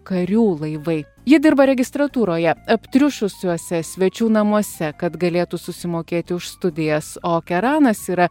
karių laivai ji dirba registratūroje aptriušusiuose svečių namuose kad galėtų susimokėti už studijas o keranas yra